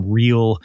real